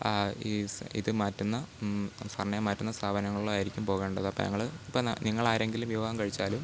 ഈ സ ഇത് മാറ്റുന്ന സർനെയിം മാറ്റുന്ന സ്ഥാപനങ്ങളിലായിരിക്കും പോകേണ്ടത് അപ്പോൾ ഞങ്ങൾ ഇപ്പം എന്നാ നിങ്ങൾ ആരെങ്കിലും വിവാഹം കഴിച്ചാലും